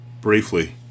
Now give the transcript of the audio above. Briefly